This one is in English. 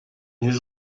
his